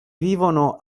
vivono